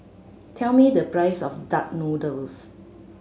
tell me the price of duck noodle